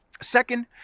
Second